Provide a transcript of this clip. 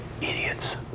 Idiots